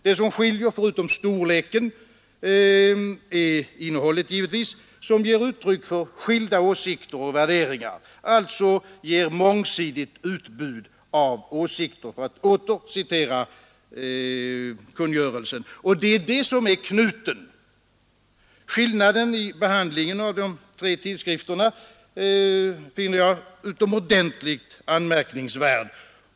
Det som skiljer förutom storleken är givetvis innehållet som ger uttryck för skilda åsikter och värderingar — de ger alltså ett mångsidigt utbud av åsikter, för att åter citera kungörelsen. Det är detta som är knuten. Skillnaden i behandlingen av de tre tidskrifterna finner jag utomordentligt anmärkningsvärd.